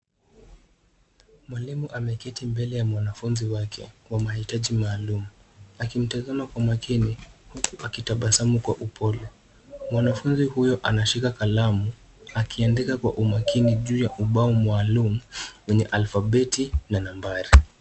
Mwalimu ameketi mbele ya mwanafunzi wake wa mahitaji maalum, akimtazama kwa makini akitabasamu kwa upole. Mwanafunzi huyo anashika kalamu akiandika kwa umakini juu ya ubao maalum wenye alfabeti na nambari.